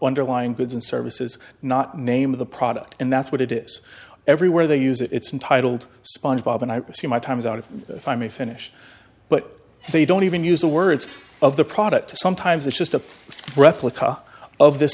underlying goods and services not name of the product and that's what it is everywhere they use it's untitled sponge bob and i receive my times out of if i may finish but they don't even use the words of the product sometimes it's just a replica of this